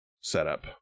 setup